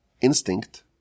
instinct